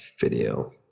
video